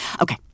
Okay